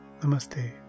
Namaste